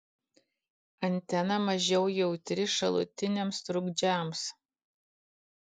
antena mažiau jautri šalutiniams trukdžiams